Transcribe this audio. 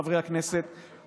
חברי הכנסת,